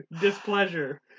displeasure